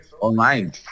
online